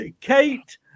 Kate